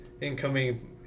incoming